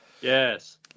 Yes